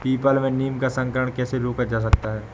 People में नीम का संकरण कैसे रोका जा सकता है?